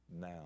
now